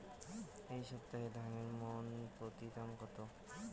এই সপ্তাহে ধানের মন প্রতি দাম কত?